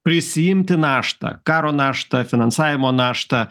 prisiimti naštą karo naštą finansavimo naštą